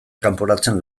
kanporatzen